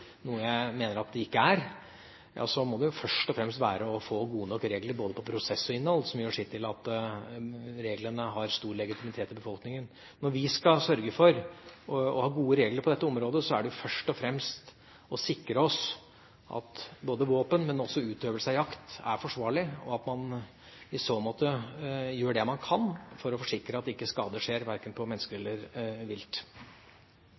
noe jeg mener at den ikke er, må man først og fremst få gode nok regler for både prosess og innhold – som gjør sitt til at reglene har stor legitimitet i befolkningen. Når vi skal sørge for å ha gode regler på dette området, må vi først og fremst sikre oss at både det å ha våpen og utøvelse av jakt er forsvarlig, og at man i så måte gjør det man kan for å forsikre at ikke skade skjer, verken på mennesker eller på vilt.